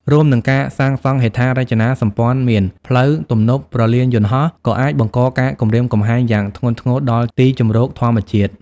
រួមនឹងការសាងសង់ហេដ្ឋារចនាសម្ព័ន្ធមាន ផ្លូវ ទំនប់ ព្រលានយន្តហោះ ក៏អាចបង្កការគំរាមកំហែងយ៉ាងធ្ងន់ធ្ងរដល់ទីជម្រកធម្មជាតិ។